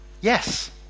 yes